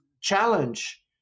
challenge